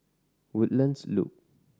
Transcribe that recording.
Woodlands Loop